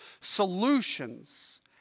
solutions